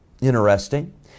interesting